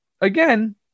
again